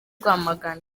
rwamagana